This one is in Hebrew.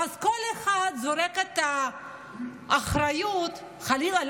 ואז זורקים את האחריות חלילה,